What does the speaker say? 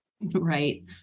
Right